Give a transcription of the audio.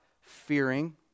fearing